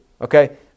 Okay